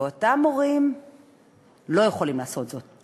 ואותם מורים לא יכולים לעשות זאת,